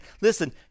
listen